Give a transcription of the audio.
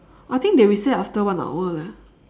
I think they reset after one hour leh